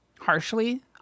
harshly